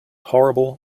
horrible